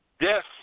Yes